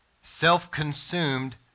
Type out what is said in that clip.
self-consumed